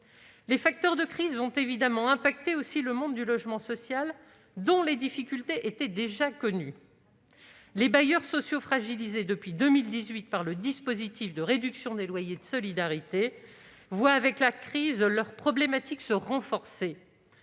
de notre pays. La crise, évidemment, impactera aussi le monde du logement social, dont les difficultés étaient déjà connues. Les bailleurs sociaux, fragilisés depuis 2018 par la réduction de loyer de solidarité voient leurs problématiques se renforcer-